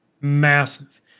Massive